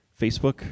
Facebook